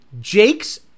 Jake's